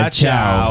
ciao